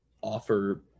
offer